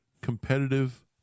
competitive